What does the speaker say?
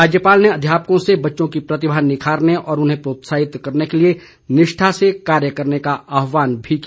राज्यपाल ने अध्यापकों से बच्चों की प्रतिभा निखारने और उन्हें प्रोत्साहित करने के लिए निष्ठा से कार्य करने का आह्वान भी किया